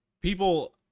People